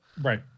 right